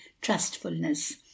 trustfulness